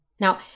Now